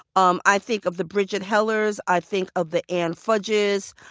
um i think of the bridgette hellers, i think of the ann fudges,